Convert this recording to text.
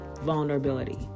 vulnerability